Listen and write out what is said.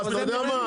אז אתה יודע מה?